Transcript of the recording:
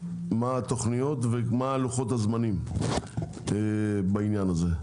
מה התכניות ומה לוחות הזמנים בעניין הזה.